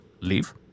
leave